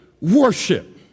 worship